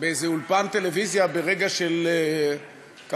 באיזה אולפן טלוויזיה ברגע של הפתעה: